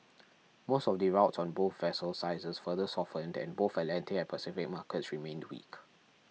most of the routes on both vessel sizes further softened and both Atlantic and Pacific markets remained weak